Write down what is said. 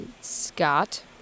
Scott